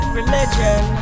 religion